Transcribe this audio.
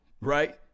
right